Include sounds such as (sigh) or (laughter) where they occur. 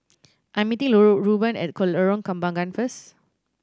I am meeting (unintelligible) Reuben at Lorong Kembagan first